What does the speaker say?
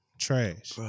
trash